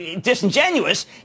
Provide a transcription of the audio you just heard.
disingenuous